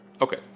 Okay